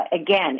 Again